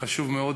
חשוב מאוד.